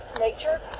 nature